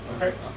Okay